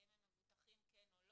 האם הם מבוטחים או לא.